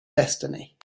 destiny